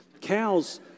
cows